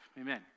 amen